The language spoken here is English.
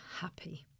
happy